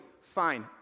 Fine